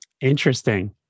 Interesting